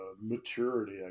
maturity